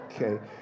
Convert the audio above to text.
Okay